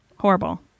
horrible